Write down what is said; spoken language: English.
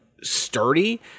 sturdy